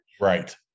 Right